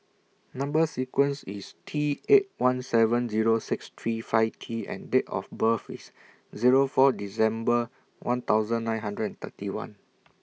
Number sequence IS T eight one seven Zero six three five T and Date of birth IS Zero four December one thousand nine hundred and thirty one